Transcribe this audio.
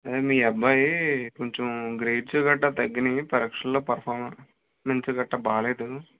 ఆ మీ అబ్బాయి కొంచెం గ్రేడ్స్ గట్రా తగ్గాయి పరీక్షల్లో పెర్ఫామెన్స్ గట్రా బాగా లేదు